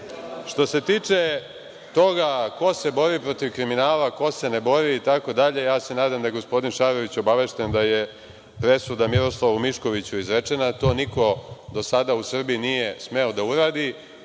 se tiče toga ko se bori protiv kriminala, ko se ne bori itd, nadam se da je gospodin Šarović obavešten da je presuda Miroslavu Miškoviću izrečena, a to niko do sada u Srbiji nije smeo da uradi.